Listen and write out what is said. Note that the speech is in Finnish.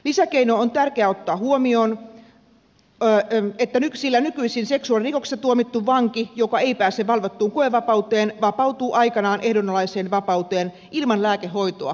lisäkeino on tärkeä ottaa huomioon sillä nykyisin seksuaalirikoksesta tuomittu vanki joka ei pääse valvottuun koevapauteen vapautuu aikanaan ehdonalaiseen vapauteen ilman lääkehoitoa ja valvontaa